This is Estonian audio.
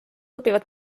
õpivad